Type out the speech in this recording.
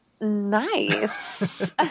Nice